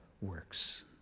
works